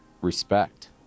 respect